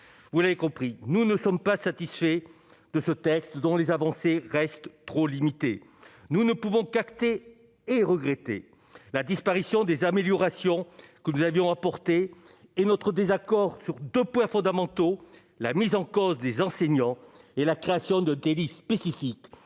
vous l'avez compris, nous ne sommes pas satisfaits de ce texte dont les avancées restent trop limités, nous ne pouvons acter et regretté la disparition des améliorations que nous avions apporté et notre désaccord sur 2 points fondamentaux : la mise en cause des enseignants et la création de délit spécifique